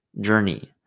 journey